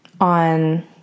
on